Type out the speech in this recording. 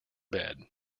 bed